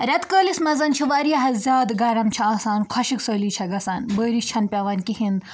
رٮ۪تہٕ کٲلِس منٛز چھِ واریاہ زیادٕ گَرم چھِ آسان خۄشِک سٲلی چھےٚ گَژھان بٲرِش چھَنہٕ پٮ۪وان کِہیٖنۍ